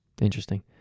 Interesting